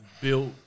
built